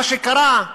מה שקרה,